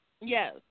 Yes